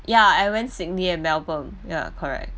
ya I went sydney and melbourne ya correct